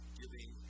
giving